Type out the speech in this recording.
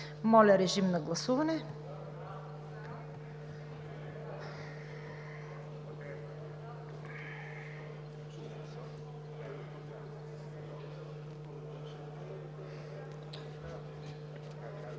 Моля, режим на гласуване.